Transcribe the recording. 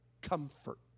comfort